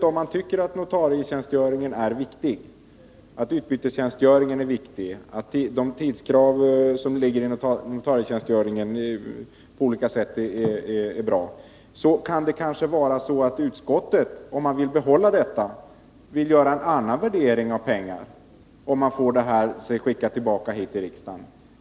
Om man tycker att notarietjänstgöringen är viktig, att utbytestjänstgöringen är viktig och att de tidskrav som ligger i notarietjänstgöringen på olika sätt är bra och om utskottet vill behålla detta, då kunde ju utskottet vilja göra en annan värdering när det gäller pengarna, om man får ärendet tillbaka till riksdagen.